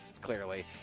clearly